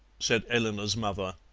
said eleanor's mother.